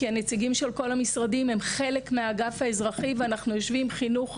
כי הנציגים של כל המשרדים הם חלק מהאגף האזרחי ואנחנו יושבים יחד חינוך,